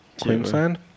Queensland